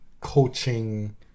coaching